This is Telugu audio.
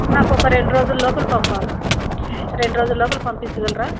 నాకొక రెండు రోజుల లోపల రెండు రోజుల లోపల పంపించగలరా